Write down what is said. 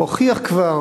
הוכיח כבר